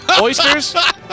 oysters